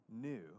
new